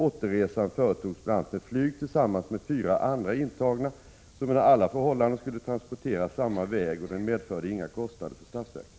Återresan företogs bl.a. med flyg tillsammans med fyra andra intagna, som under alla förhållanden skulle transporteras samma väg, och den medförde inga kostnader för statsverket.